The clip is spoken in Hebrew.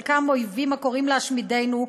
חלקם אויבים הקוראים להשמידנו,